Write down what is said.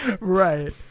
right